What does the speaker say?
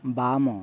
ବାମ